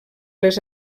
les